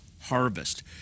harvest